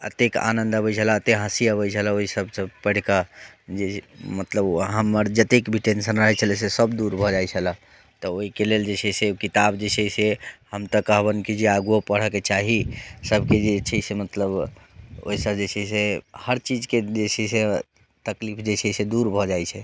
अत्तेक आनंद अबै छलै अत्तेक हँसी अबै छलै ओहि सभके पैढ़ कऽ जे मतलब हमर जतेक भी टेंशन रहै छेलै से सभ दूर भऽ जाइ छलै तऽ ओहिके लेल जे छै से किताब जे छै से हम तऽ कहबनि कि जे आगुओ पढ़ऽके चाही सभके जे छै मतलब ओहि से जे छै से हर चीजके जे छै से तकलीफ जे छै से दूर भऽ जाइ छै